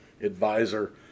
advisor